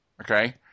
Okay